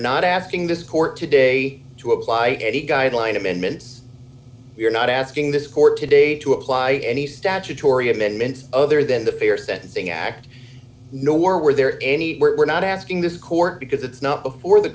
not asking this court today to apply any guideline amendments we are not asking this court today to apply any statutory amendments other than the fair sentencing act nor were there any we're not asking this court because it's not before the